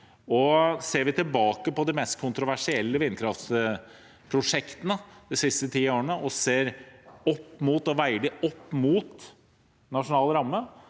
Ser vi tilbake på de mest kontroversielle vindkraftprosjektene de siste ti årene og veier dem opp mot Nasjonal ramme,